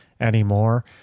anymore